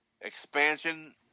expansion